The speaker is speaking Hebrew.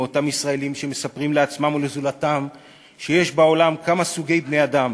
מאותם ישראלים שמספרים לעצמם ולזולתם שיש בעולם כמה סוגי בני-אדם: